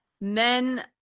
men